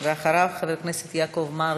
אחריו, חבר הכנסת יעקב מרגי.